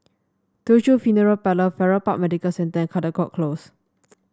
Teochew Funeral Parlour Farrer Park Medical Centre and Caldecott Close